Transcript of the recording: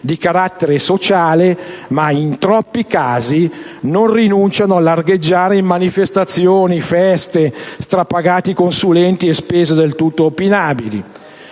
di carattere sociale ma, in troppi casi, non rinunciano a largheggiare in manifestazioni, feste, strapagati consulenti e spese del tutto opinabili.